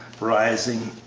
rising.